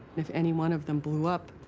if any one of them blew up,